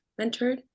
mentored